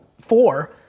four